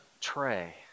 tray